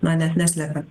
na net neslepia